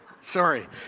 Sorry